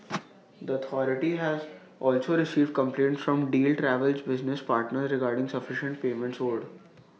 the authority has also received complaints from deal Travel's business partners regarding sufficient payments owed